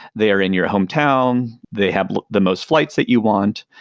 they are in your hometown, they have the most flights that you want.